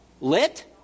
Lit